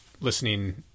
listening